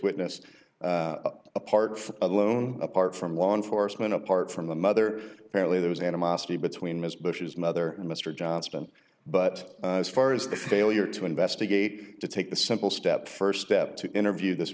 witness apart from alone apart from law enforcement apart from the mother apparently there was animosity between mr bush's mother and mr johnston but as far as the failure to investigate to take the simple step st step to interview this